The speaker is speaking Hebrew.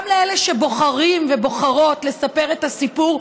גם לאלה שבוחרים ובוחרות לספר את הסיפור,